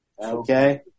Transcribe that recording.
okay